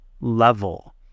level